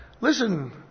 listen